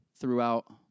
throughout